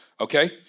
Okay